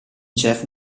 jeff